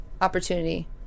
opportunity